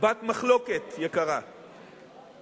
בת מחלוקת יקרה,